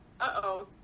uh-oh